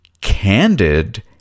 Candid